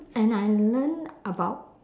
and I learn about